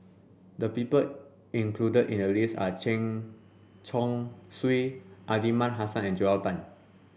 the people included in the list are Chen Chong Swee Aliman Hassan and Joel Tan